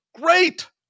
great